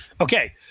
Okay